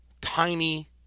tiny